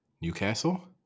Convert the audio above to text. Newcastle